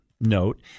note